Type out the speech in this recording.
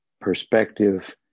perspective